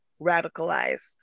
radicalized